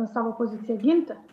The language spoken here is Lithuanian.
savo poziciją ginti